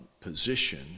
position